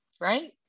Right